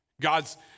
God's